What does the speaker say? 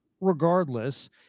regardless